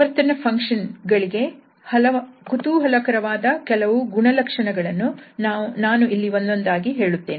ಆವರ್ತಕ ಫಂಕ್ಷನ್ ನ ಕುತೂಹಲಕರವಾದ ಕೆಲವು ಗುಣಲಕ್ಷಣಗಳನ್ನು ನಾನು ಇಲ್ಲಿ ಒಂದೊಂದಾಗಿ ಹೇಳುತ್ತೇನೆ